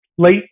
Late